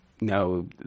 no